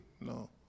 No